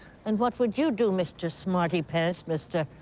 and what would you do, mr. smarty-pants? mr.